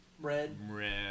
red